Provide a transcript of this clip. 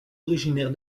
originaire